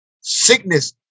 sickness